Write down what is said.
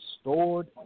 stored